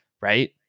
right